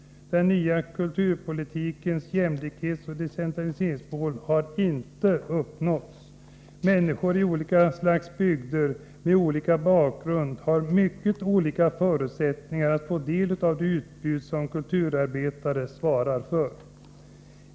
Den nya kulturpolitikens jämlikhetsoch decentraliseringsmål har inte uppnåtts. Människor i olika slags bygder, med olika bakgrund, har mycket olika förutsättningar att få del av det utbud som kulturarbetare svarar för.